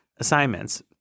Assignments